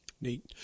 Neat